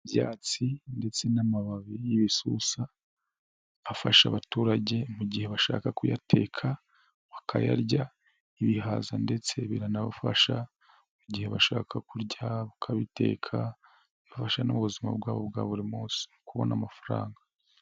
Ibyatsi ndetse n'amababi y'ibisusa, afasha abaturage mu gihe bashaka kuyateka, bakayarya, ibihaza ndetse biranabafasha mu gihe bashaka kurya ukabiteka, bifasha n'ubuzima bwabo bwa buri munsi kubona amafaranga.